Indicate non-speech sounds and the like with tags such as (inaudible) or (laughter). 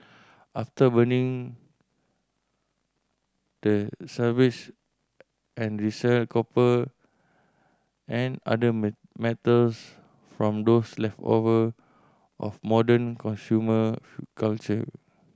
after burning they service and resell copper and other (unintelligible) metals from those leftover of modern consumer (unintelligible) culture